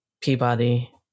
Peabody